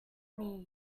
near